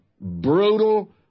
brutal